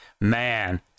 man